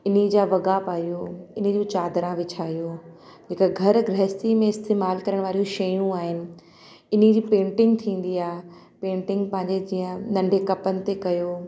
इन जा वॻा पायो इन जूं चादरा विछायो जेका घर ग्रहस्थी में इस्तेमाल करणु वारियूं शयूं आहिनि इन जी पेंटिंग थींदी आहे पेंटिंग पंहिंजे जीअं नंढे कपनि ते कयो